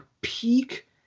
peak